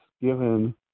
given